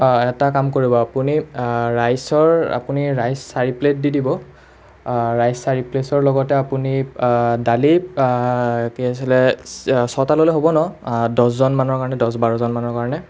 এটা কাম কৰিব আপুনি ৰাইচৰ আপুনি ৰাইচ চাৰি প্লেট দি দিব ৰাইচ চাৰি প্লেটছৰ লগতে আপুনি দালি কি আছিলে ছটা ল'লে হ'ব ন দহজন মানুহৰ কাৰণে দহ বাৰজন মানুহৰ কাৰণে